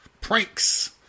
pranks